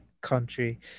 country